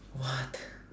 what